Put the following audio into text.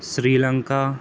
Sri Lanka